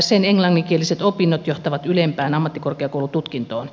sen englanninkieliset opinnot johtavat ylempään ammattikorkeakoulututkintoon